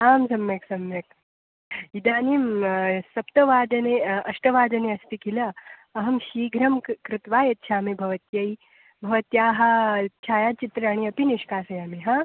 आम् सम्यक् सम्यक् इदानीं सप्तवादने अष्टवादने अस्ति किल अहं शीघ्रं कृ कृत्वा यच्छामि भवत्यै भवत्याः छायाचित्राणि अपि निष्कासयामि हा